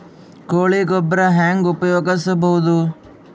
ಕೊಳಿ ಗೊಬ್ಬರ ಹೆಂಗ್ ಉಪಯೋಗಸಬಹುದು?